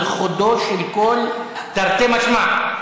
על חודו של קול, תרתי משמע.